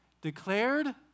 declared